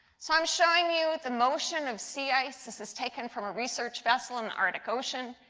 so i am showing you the motion of sea ice. this is taken from a research vessel in the arctic ocean.